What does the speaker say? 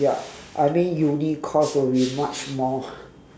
ya I mean uni course would be much more